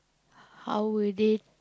how would they